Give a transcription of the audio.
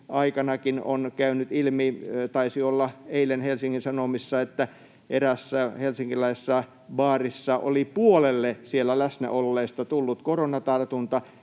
aikanakin on käynyt ilmi, taisi olla eilen Helsingin Sanomissa, että eräässä helsinkiläisessä baarissa oli puolelle siellä läsnä olleista tullut koronatartunta.